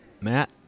Matt